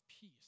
peace